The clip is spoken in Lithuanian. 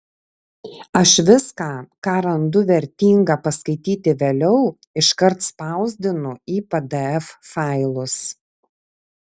aš viską ką randu vertinga paskaityti vėliau iškart spausdinu į pdf failus